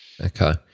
Okay